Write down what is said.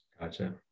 Gotcha